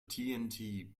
tnt